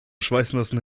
schweißnassen